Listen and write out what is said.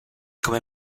come